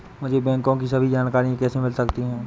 मुझे बैंकों की सभी जानकारियाँ कैसे मिल सकती हैं?